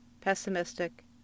pessimistic